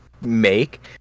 make